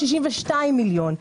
62 מיליון.